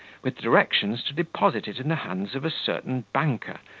with directions to deposit it in the hands of a certain banker,